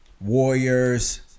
Warriors